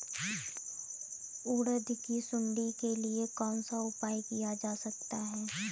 उड़द की सुंडी के लिए कौन सा उपाय किया जा सकता है?